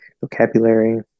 vocabulary